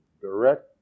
direct